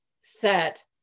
set